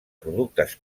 productes